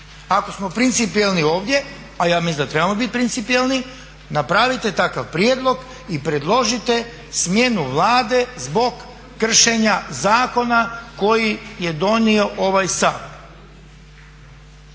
Ako smo principijelni ovdje, a ja mislim da trebamo biti principijelni napravite takav prijedlog i predložite smjenu Vlade zbog kršenja zakona koji je donio ovaj Sabor.